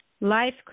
life